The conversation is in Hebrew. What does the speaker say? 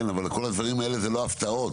כן, אבל כול הדברים האלה זה לא הפתעות.